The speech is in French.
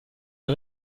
les